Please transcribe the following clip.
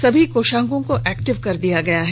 सभी कोषांगों को एक्टिव कर दिया गया है